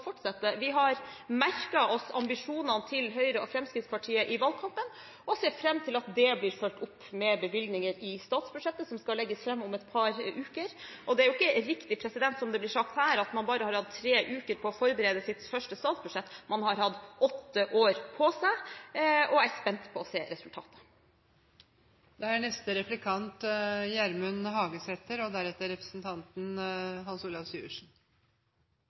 fortsette. Vi har merket oss ambisjonene til Høyre og Fremskrittspartiet i valgkampen og ser fram til at det blir fulgt opp med bevilgninger i statsbudsjettet som skal legges fram om et par uker. Det er jo ikke riktig som det blir sagt her, at man bare har hatt tre uker på å forberede sitt første statsbudsjett. Man har hatt åtte år på seg, og jeg er spent på å se resultatet. Representanten Pedersen snakka veldig mykje om å fordele verdiane, men ho sa ikkje noko om korleis verdiane skal skapast. Faktum er